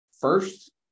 first